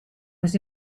was